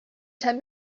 ten